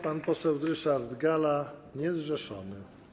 Pan poseł Ryszard Galla, niezrzeszony.